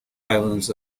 islands